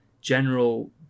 general